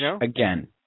again